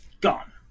Gone